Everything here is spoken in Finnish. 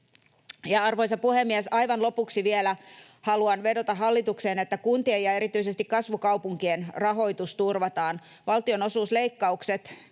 Arvoisa puhemies! Aivan lopuksi vielä haluan vedota hallitukseen, että kuntien ja erityisesti kasvukaupunkien rahoitus turvataan. Valtionosuusleikkaukset